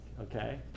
Okay